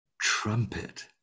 trumpet